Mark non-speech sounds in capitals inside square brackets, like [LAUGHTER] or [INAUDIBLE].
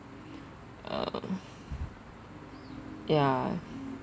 uh [BREATH] ya